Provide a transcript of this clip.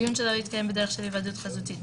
"דיון שלא יתקיים בדרך של היוועדות חזותית.